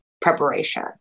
preparation